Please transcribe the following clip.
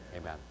Amen